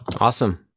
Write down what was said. Awesome